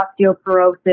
osteoporosis